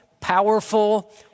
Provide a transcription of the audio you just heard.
powerful